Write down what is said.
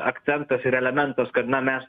akcentas ir elementas kad na mes